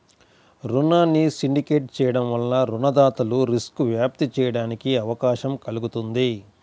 రుణాన్ని సిండికేట్ చేయడం వలన రుణదాతలు రిస్క్ను వ్యాప్తి చేయడానికి అవకాశం కల్గుతుంది